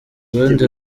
rundi